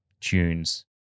tunes